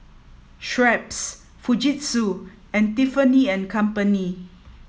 Schweppes Fujitsu and Tiffany and Company